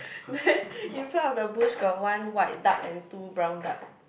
then in front of the bush got one white duck and two brown duck